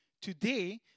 Today